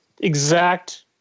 exact